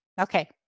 Okay